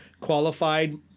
qualified